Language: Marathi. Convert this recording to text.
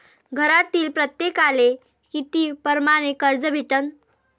घरातील प्रत्येकाले किती परमाने कर्ज भेटन?